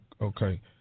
Okay